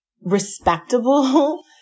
respectable